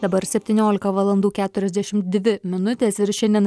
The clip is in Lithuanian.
dabar septyniolika valandų keturiasdešim dvi minutės ir šiandien